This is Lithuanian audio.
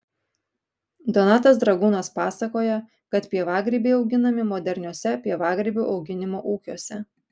donatas dragūnas pasakoja kad pievagrybiai auginami moderniuose pievagrybių auginimo ūkiuose